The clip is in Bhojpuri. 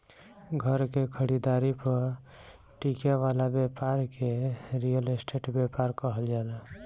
घर के खरीदारी पर टिके वाला ब्यपार के रियल स्टेट ब्यपार कहल जाला